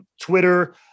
Twitter